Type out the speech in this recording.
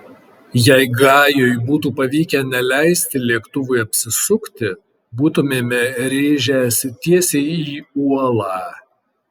jei gajui būtų pavykę neleisti lėktuvui apsisukti būtumėme rėžęsi tiesiai į uolą